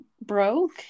broke